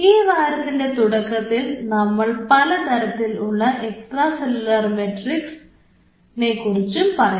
ഈ വാരത്തിൻറെ തുടക്കത്തിൽ നമ്മൾ പല തരത്തിലുള്ള എക്സ്ട്രാ സെല്ലുലാർ മാട്രിക്സ് നെക്കുറിച്ച് പറയും